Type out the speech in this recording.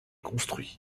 construit